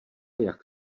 jak